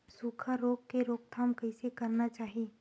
सुखा रोग के रोकथाम कइसे करना चाही?